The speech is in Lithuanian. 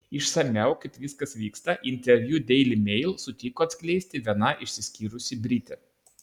išsamiau kaip viskas vyksta interviu daily mail sutiko atskleisti viena išsiskyrusi britė